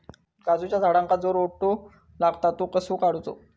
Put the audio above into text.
काजूच्या झाडांका जो रोटो लागता तो कसो काडुचो?